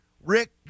Rick